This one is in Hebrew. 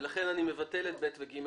ולכן אני מבטל את (ב) ו-(ג).